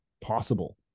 possible